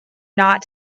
not